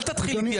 אל תתחיל איתי.